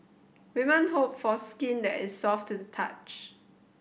women hope for skin that is soft to the touch